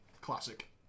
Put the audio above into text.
Classic